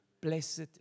Blessed